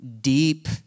deep